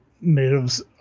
natives